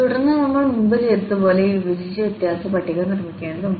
തുടർന്ന് നമ്മൾ മുമ്പ് ചെയ്തതുപോലെ ഈ വിഭജിച്ച വ്യത്യാസ പട്ടിക നിർമ്മിക്കേണ്ടതുണ്ട്